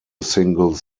single